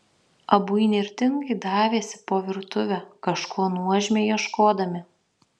abu įnirtingai davėsi po virtuvę kažko nuožmiai ieškodami